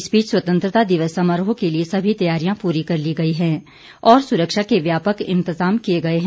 इस बीच स्वतंत्रता दिवस समारोह के लिए समी तैयारियां पूरी कर ली गई है और सुरक्षा के व्यापक इंतजाम किए गए हैं